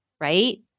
right